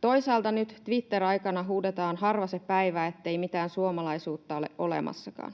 Toisaalta nyt Twitter-aikana huudetaan harva se päivä, ettei mitään suomalaisuutta ole olemassakaan.